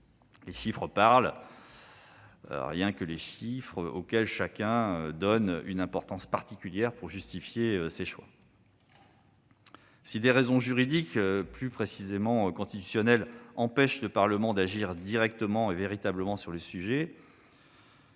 Les chiffres parlent, et rien que les chiffres, auxquels chacun donne une importance particulière pour justifier ses choix. Si des raisons juridiques, plus précisément constitutionnelles, empêchent à juste titre le Parlement d'agir directement et véritablement pour traiter